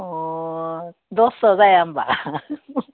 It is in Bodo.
अ दससो जाया होनबा